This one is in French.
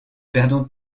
perdons